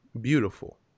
beautiful